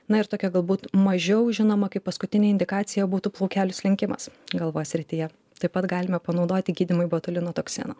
na ir tokia galbūt mažiau žinoma kaip paskutinė indikacija būtų plaukelių slinkimas galvos srityje taip pat galime panaudoti gydymui botulino toksiną